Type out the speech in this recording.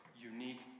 unique